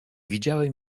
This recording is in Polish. widziałem